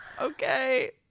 okay